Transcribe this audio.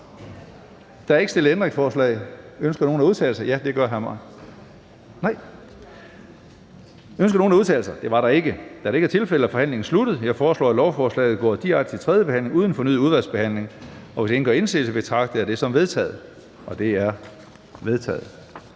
Der er ikke stillet ændringsforslag. Ønsker nogen at udtale sig? Da det ikke er tilfældet, er forhandlingen sluttet. Jeg foreslår, at lovforslaget går direkte til tredje behandling uden fornyet udvalgsbehandling. Hvis ingen gør indsigelse, betragter jeg dette som vedtaget. Det er vedtaget. ---